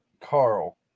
Carl